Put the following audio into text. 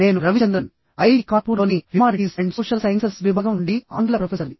నేను రవిచంద్రన్ ఐఐటి కాన్పూర్ లోని humanities and social sciences విభాగం నుండి ఆంగ్ల ప్రొఫెసర్ని